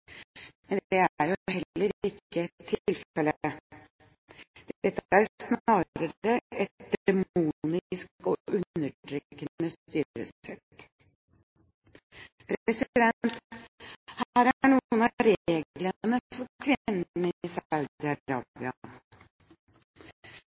men det er jo heller ikke tilfellet; dette er snarere et demonisk og undertrykkende styresett. Her er noen av reglene for kvinnene i Saudi-Arabia: En kvinne kan ikke bevege seg utenfor hjemmet uten følge av enten